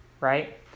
right